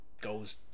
goes